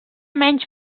menys